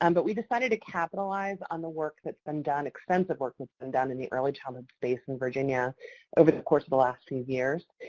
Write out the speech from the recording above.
um but we decided to capitalize on the work that's been done extensive work that's been done in the early childhood space in virginia over the course of the last few years.